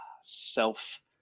self